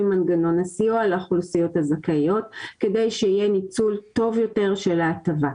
מנגנון הסיוע לאוכלוסיות הזכאיות כדי שיהיה ניצול טוב יותר של ההטבה.